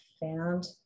found